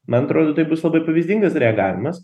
man atrodo tai bus labai pavyzdingas reagavimas